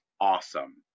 awesome